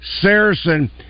saracen